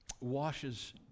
washes